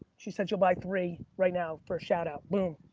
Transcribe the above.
she said she'll buy three right now for a shout out. boom!